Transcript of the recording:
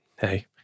Hey